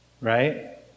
right